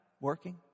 working